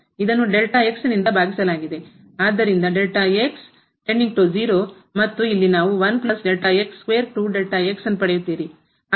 ಆದ್ದರಿಂದ ಮತ್ತು ಇಲ್ಲಿ ನೀವು ಆದ್ದರಿಂದ